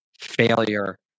failure